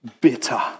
bitter